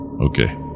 Okay